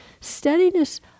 steadiness